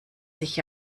sich